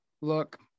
Look